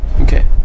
Okay